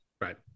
Right